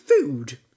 food